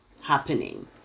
happening